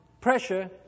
pressure